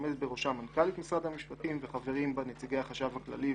שעומדת בראשה מנכ"לית משרד המשפטים וחברים בה נציגי החשב הכללי,